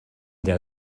der